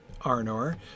Arnor